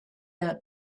out